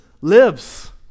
lives